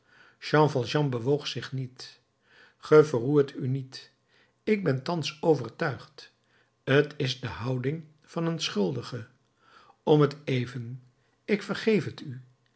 jean valjean bewoog zich niet ge verroert u niet ik ben thans overtuigd t is de houding van een schuldige om t even ik vergeef t u